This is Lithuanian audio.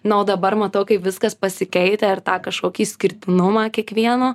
na o dabar matau kaip viskas pasikeitę ir tą kažkokį išskirtinumą kiekvieno